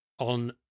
on